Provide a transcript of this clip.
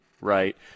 right